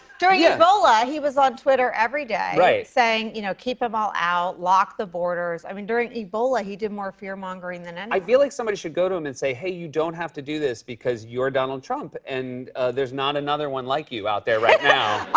during yeah ebola, he was on twitter every day, saying, you know, keep them all out, lock the borders. i mean, during ebola, he did more fearmongering than anyone. and i feel like somebody should go to him and say, hey, you don't have to do this because you're donald trump, and there's not another one like you out there right now.